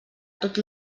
tot